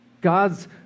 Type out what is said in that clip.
God's